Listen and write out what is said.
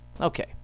Okay